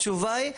התשובה היא,